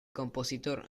compositor